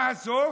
מה הסוף?